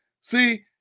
See